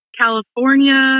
California